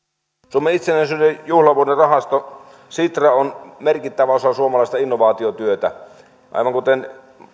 suomen itsenäisyyden juhlavuoden rahasto sitra on merkittävä osa suomalaista innovaatiotyötä aivan kuten